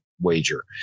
Wager